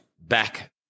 back